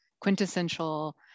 quintessential